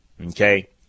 okay